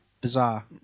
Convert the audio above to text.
Bizarre